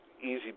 easy